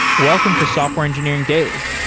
welcome to software engineering daily.